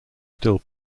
still